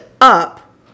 up